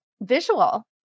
visual